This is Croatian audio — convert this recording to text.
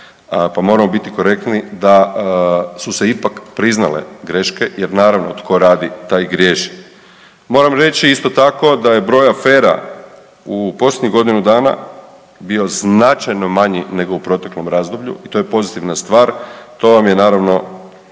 pa moramo biti korektni da su se ipak priznale greške jer naravno tko radi taj griješi. Moram reći isto tako da je broj afera u posljednjih godinu dana bio značajno manji nego u proteklom razdoblju i to je pozitivna stvar, to vam je naravno